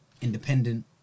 independent